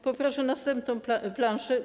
Poproszę następną planszę.